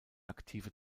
aktive